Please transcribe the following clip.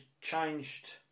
changed